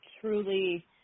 truly